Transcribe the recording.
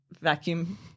vacuum